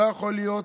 לא יכול להיות,